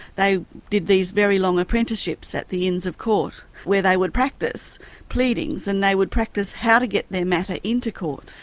they did these very long apprenticeships at the inns of court where they would practice pleadings, and they would practice how to get their matter into court.